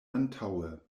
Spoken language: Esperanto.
antaŭe